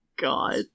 God